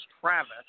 Travis